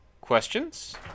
questions